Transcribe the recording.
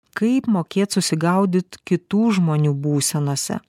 kaip mokėt susigaudyt kitų žmonių būsenose